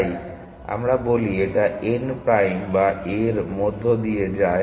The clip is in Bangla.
তাই আমরা বলি এটা n প্রাইম বা a এর মধ্য দিয়ে যায়